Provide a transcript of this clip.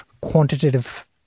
quantitative